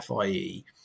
FIE